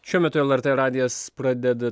šiuo metu lrt radijas pradeda